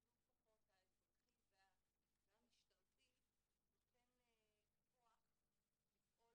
שילוב הכוחות האזרחי והמשטרתי נותן כוח לפעול